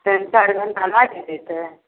तिन चारि घण्टा लागि जेतै